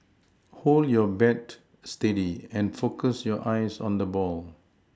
hold your bat steady and focus your eyes on the ball